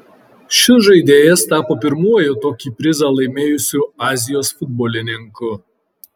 šis žaidėjas tapo pirmuoju tokį prizą laimėjusiu azijos futbolininku